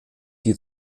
die